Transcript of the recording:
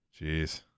Jeez